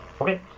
Okay